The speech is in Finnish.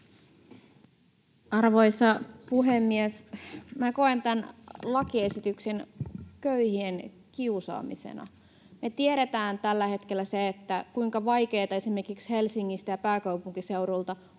Arvoisa puhemies! Minä koen tämän lakiesityksen köyhien kiusaamisena. Me tiedetään tällä hetkellä se, kuinka vaikeata esimerkiksi Helsingistä ja pääkaupunkiseudulta